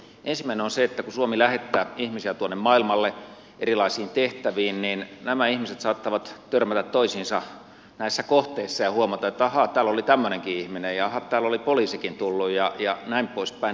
ensimmäinen on se että kun suomi lähettää ihmisiä tuonne maailmalle erilaisiin tehtäviin niin nämä ihmiset saattavat törmätä toisiinsa näissä kohteissa ja huomata että ahaa täällä oli tämmöinenkin ihminen jaaha tänne on poliisikin tullut ja näin poispäin